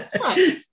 Right